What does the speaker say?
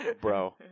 Bro